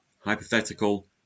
hypothetical